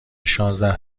شانزده